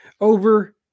Over